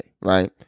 right